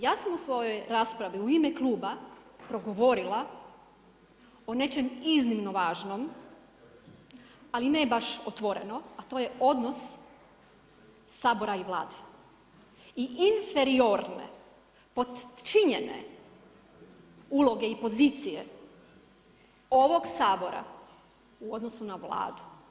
Ja sam u svojoj raspravi u ime kluba progovorila o nečem iznimno važnom, ali ne baš otvoreno, a to je odnos Sabora i Vlade i inferiorne, potčinjene uloge i pozicije ovog Sabora u odnosu na Vladu.